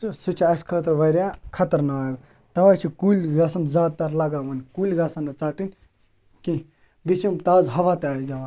سُہ چھُ سانہٕ خٲطرٕ خطرناک تَوَے چھِ کُلۍ گژھن زیادٕ تر لگاوٕنۍ کُلۍ گژھن نہٕ ژٹٕنۍ کیٚنٛہہ بیٚیہِ چھِ یِم تازٕ ہوا دٲرِتھ دِوان